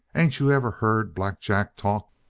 ain't you ever heard black jack talk?